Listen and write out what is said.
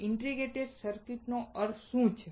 integrated સર્કિટનો અર્થ શું છે